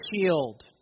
shield